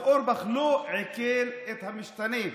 אז אורבך לא עיכל את המשתנה.